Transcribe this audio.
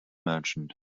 merchant